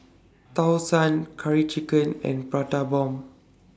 Tau Suan Curry Chicken and Prata Bomb